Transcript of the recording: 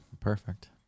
Perfect